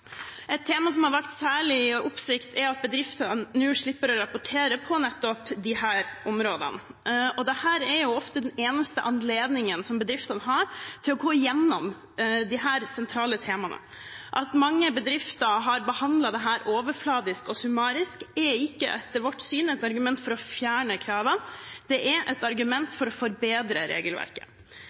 Et tema som har vakt særlig oppsikt, er at bedriftene nå slipper å rapportere når det gjelder nettopp disse områdene, og dette er ofte den eneste anledningen bedriftene har til å gå gjennom disse sentrale temaene. At mange bedrifter har behandlet dette overflatisk og summarisk er ikke etter vårt syn et argument for å fjerne kravene, men et argument for å forbedre regelverket.